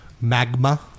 Magma